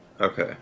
Okay